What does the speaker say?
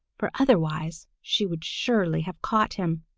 for otherwise she would surely have caught him.